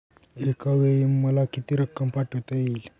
एकावेळी मला किती रक्कम पाठविता येईल?